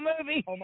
movie